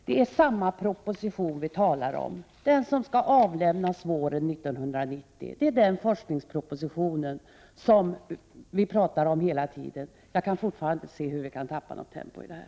Vi talar om samma proposition, den som skall avlämnas våren 1990. Det är den forskningspropositionen vi pratar om hela tiden. Jag kan fortfarande inte se hur vi kan tappa något tempo här.